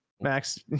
Max